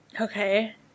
Okay